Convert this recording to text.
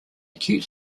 acute